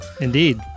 Indeed